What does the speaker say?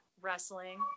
wrestling